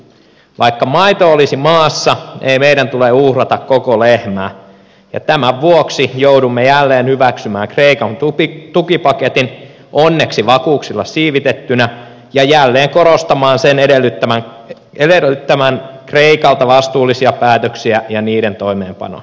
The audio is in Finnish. vaikka maito olisi maassa ei meidän tule uhrata koko lehmää ja tämän vuoksi joudumme jälleen hyväksymään kreikan tukipaketin onneksi vakuuksilla siivitettynä ja jälleen korostamaan sen edellyttävän kreikalta vastuullisia päätöksiä ja niiden toimeenpanoa